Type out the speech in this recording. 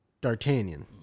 D'Artagnan